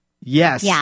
Yes